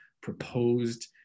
proposed